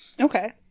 Okay